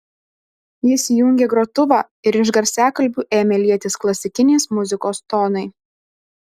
jis įjungė grotuvą ir iš garsiakalbių ėmė lietis klasikinės muzikos tonai